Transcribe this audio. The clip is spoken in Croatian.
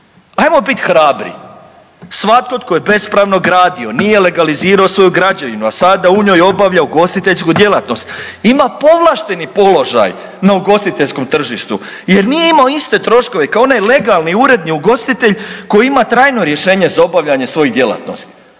Ajmo bit hrabri, svatko tko je bespravno gradio nije legalizirao svoju građevinu, a sada u njoj obavlja ugostiteljsku djelatnost ima povlašteni položaj na ugostiteljskom tržištu jer nije imao iste troškove kao onaj legalni, uredni ugostitelj koji ima trajno rješenje za obavljanje svojih djelatnosti.